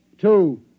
two